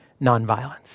Nonviolence